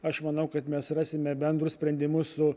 aš manau kad mes rasime bendrus sprendimus su